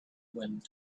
wind